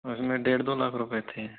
उसमें डेढ़ दो लाख रूपए थे